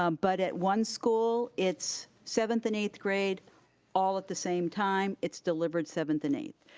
um but at one school, it's seventh and eighth grade all at the same time, it's delivered seventh and eighth.